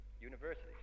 universities